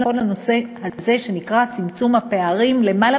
הנושא הזה שנקרא צמצום הפערים למעלה